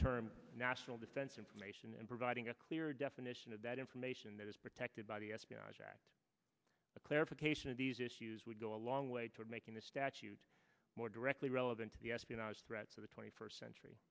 term national defense information and providing a clear definition of that information that is protected by the espionage act a clarification of these issues would go a long way toward making the statute more directly relevant to the espionage threats of the twenty first